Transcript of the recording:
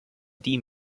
die